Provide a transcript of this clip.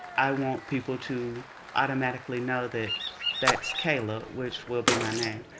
i want people to automatically know that that's kayla, which will be my name.